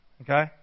Okay